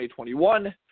2021